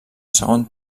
segon